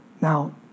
Now